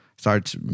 Starts